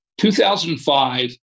2005